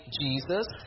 Jesus